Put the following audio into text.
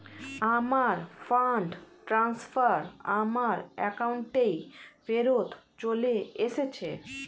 আমার fund transfer আমার অ্যাকাউন্টেই ফেরত চলে এসেছে